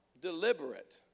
deliberate